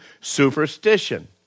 superstition